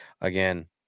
again